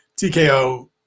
TKO